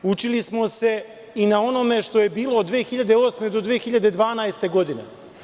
Učili smo se i na onome što je bilo od 2008. do 2012. godine.